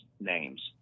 names